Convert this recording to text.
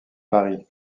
paris